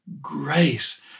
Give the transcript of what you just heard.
grace